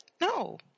no